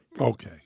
Okay